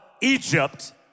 Egypt